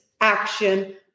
action